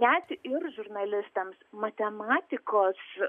net ir žurnalistams matematikos